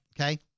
Okay